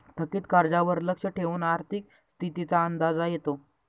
थकीत कर्जावर लक्ष ठेवून आर्थिक स्थितीचा अंदाज येतो